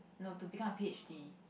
no to become a p_h_d